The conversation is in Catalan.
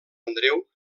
andreu